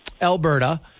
Alberta